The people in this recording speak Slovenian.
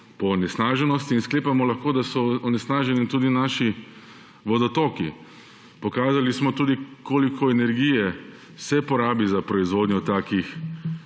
po onesnaženosti. Sklepamo lahko, da so onesnaženi tudi naši vodotoki. Pokazali smo tudi, koliko energije se porabi za proizvodnjo takih